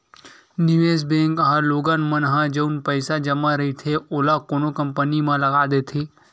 निवेस बेंक ह लोगन मन ह जउन पइसा जमा रहिथे ओला कोनो कंपनी म लगा देथे